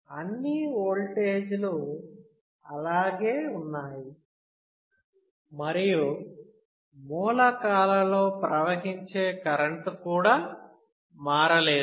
అన్నీ ఓల్టేజ్ లు అలాగే ఉన్నాయి మరియు మూలకాలలో ప్రవహించే కరెంటు కూడా మారలేదు